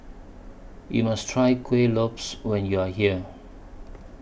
YOU must Try Kueh Lopes when YOU Are here